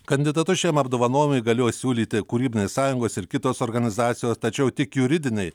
kandidatus šiam apdovanojimui galėjo siūlyti kūrybinės sąjungos ir kitos organizacijos tačiau tik juridiniai